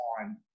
on